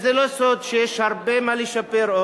זה לא סוד שיש עוד הרבה מה לשפר,